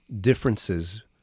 differences